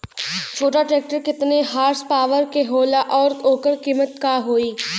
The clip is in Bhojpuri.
छोटा ट्रेक्टर केतने हॉर्सपावर के होला और ओकर कीमत का होई?